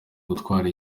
gutwara